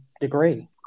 degree